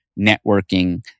networking